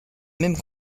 même